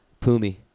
Pumi